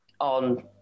on